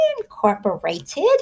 Incorporated